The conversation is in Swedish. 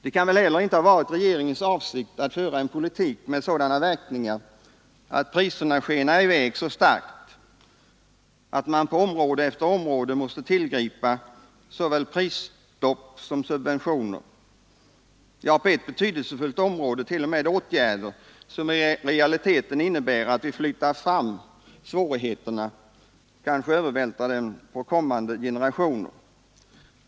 Det kan väl heller inte ha varit regeringens avsikt att föra en politik med sådana verkningar att priserna skenar i väg så starkt att man på område efter område måste tillgripa såväl prisstopp som subventioner — ja, på ett betydelsefullt område t.o.m. åtgärder som i realiteten innebär att vi flyttar fram svårigheterna och kanske övervältrar dem på kommande generationer.